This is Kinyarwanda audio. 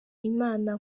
imana